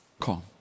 calm